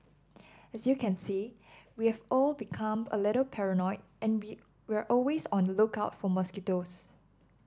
as you can see we have all become a little paranoid and we we're always on the lookout for mosquitoes